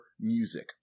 music